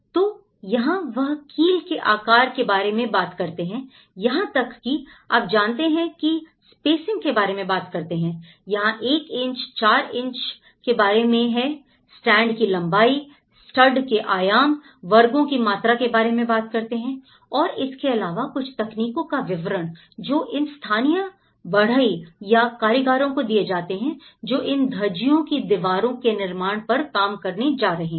तो यहां वह कील के आकार के बारे में बात करते हैं यहां तक कि आप जानते हैं कि स्पेसिंग के बारे में बात करते हैं यहां 1 इंच 4 इंच के बारे में है स्टड की लंबाई स्टड के आयाम वर्गों की मात्रा के बारे में बात कर रहे हैं और इसके अलावा कुछ तकनीकों का विवरण जो इन स्थानीय बढ़ई या कारीगरों को दिए गए हैं जो इन धज्जियों की दीवार के निर्माण पर काम करने जा रहे हैं